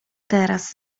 teraz